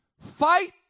fight